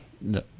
No